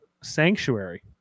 Sanctuary